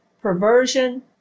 perversion